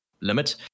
limit